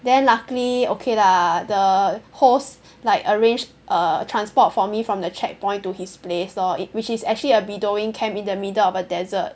then luckily okay lah the host like arrange err transport for me from the checkpoint to his place lor which is actually a Bedouin camp in the middle of a desert